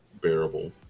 bearable